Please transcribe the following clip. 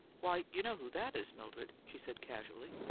why, you know who that is, mildred, she said, casually.